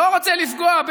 לא רוצה לפגוע.